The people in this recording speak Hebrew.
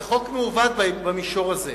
זה חוק מעוות במישור הזה.